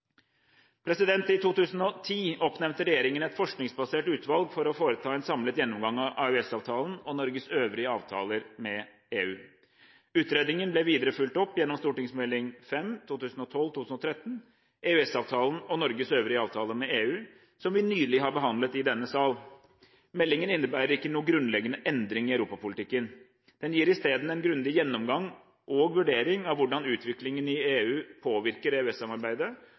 I 2010 oppnevnte regjeringen et forskningsbasert utvalg for å foreta en samlet gjennomgang av EØS-avtalen og Norges øvrige avtaler med EU. Utredningen ble videre fulgt opp gjennom Meld. St. 5 for 2012–2013, EØS-avtalen og Norges øvrige avtaler med EU, som vi nylig har behandlet i denne sal. Meldingen innebærer ikke noen grunnleggende endring i europapolitikken. Den gir i stedet en grundig gjennomgang og vurdering av hvordan utviklingen i EU påvirker